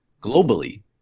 globally